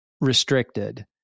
restricted